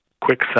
quick